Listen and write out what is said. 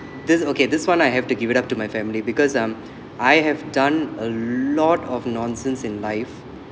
this okay this one I have to give it up to my family because um I have done a lot of nonsense in life